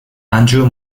andrew